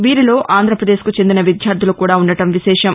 వీరిలో ఆంధ్రాపదేశ్కు చెందిన విద్యార్థులు కూడా ఉండడం విశేషం